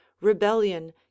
rebellion